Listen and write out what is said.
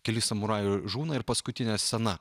keli samurajai žūna ir paskutinė scena